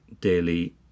Daily